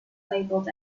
labeled